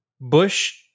Bush